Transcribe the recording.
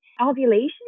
ovulation